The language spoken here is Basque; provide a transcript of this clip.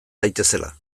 daitezela